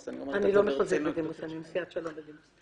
--- אני לא מחוזית בדימוס אני נשיאת שלום בדימוס.